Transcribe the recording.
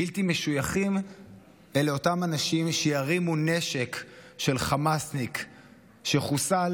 בלתי משויכים אלה אותם אנשים שירימו נשק של חמאסניק שחוסל